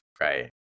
right